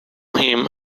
him